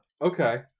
Okay